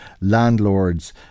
landlords